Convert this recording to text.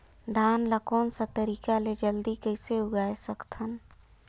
धान ला कोन सा तरीका ले जल्दी कइसे उगाय सकथन?